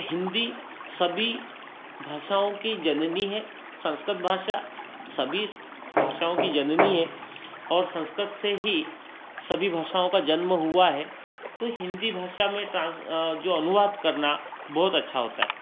हिंदी सभी भाषाओं की जननी है संस्कृत भाषा सभी भाषाओं की जननी है और संस्कृत से ही सभी भाषाओं का जन्म हुआ है तो हिंदी भाषा में ट्रांस जो अनुवाद करना बहुत अच्छा होता है